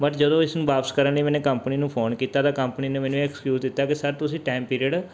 but ਜਦੋਂ ਇਸ ਨੂੰ ਵਾਪਸ ਕਰਨ ਲਈ ਮੈਨੇ ਕੰਪਨੀ ਨੂੰ ਫੋਨ ਕੀਤਾ ਤਾਂ ਕੰਪਨੀ ਨੇ ਮੈਨੂੰ ਇਹ ਐਕਸਕਿਊਜ ਦਿੱਤਾ ਕਿ ਸਰ ਤੁਸੀਂ ਟਾਈਮ ਪੀਰੀਅਡ